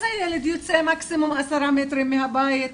אז הילד יוצא מקסימום עשרה מטרים מהבית,